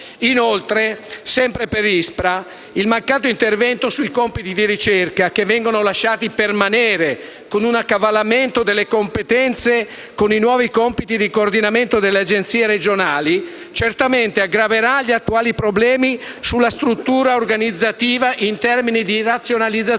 Inoltre, sempre per ISPRA, il mancato intervento sui compiti di "ricerca", che vengono lasciati permanere con un accavallamento delle competenze con i nuovi compiti di coordinamento delle Agenzie regionali, certamente aggraverà gli attuali problemi sulla struttura organizzativa in termini di razionalizzazione